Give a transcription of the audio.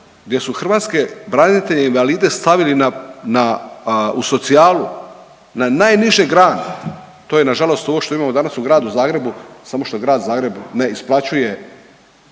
gdje su hrvatske branitelje i invalide stavili na, u socijalu na najniže grane, to je nažalost ovo što imamo danas u Gradu Zagrebu, samo što Grad Zagreb ne isplaćuje